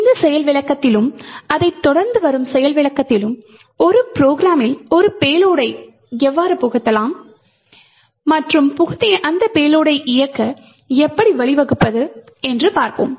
இந்த செயல் விளக்கத்திலும் அதைத் தொடர்ந்து வரும் செயல் விளக்கத்திலும் ஒரு ப்ரோக்ராமில் ஒரு பேலோடை எவ்வாறு புகுத்தலாம் மற்றும் புகுத்திய அந்த பேலோடை இயக்க எப்படி வழிவகுப்பது என்று பார்ப்போம்